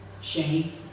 Shame